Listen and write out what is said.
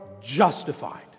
justified